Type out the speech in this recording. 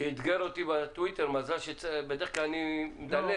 שאתגר אותי בטוויטר, בדרך כלל אני מדלג.